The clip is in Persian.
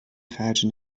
خرج